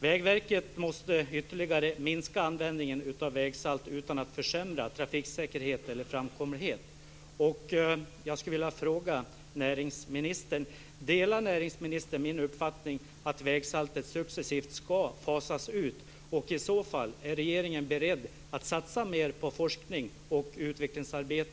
Vägverket måste ytterligare minska användningen av vägsalt utan att försämra trafiksäkerhet eller framkomlighet.